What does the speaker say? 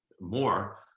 more